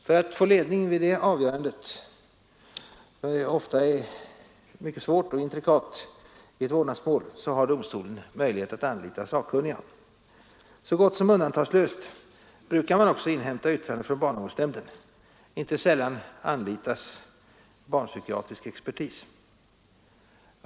För att få ledning vid avgörandet av de ofta mycket svåra och intrikata vårdnadsmålen har domstolen möjlighet att anlita sakkunniga. Så gott som undantagslöst inhämtas också yttrande från barnavårdsnämnden. Inte sällan anlitas barnpsykiatrisk expertis.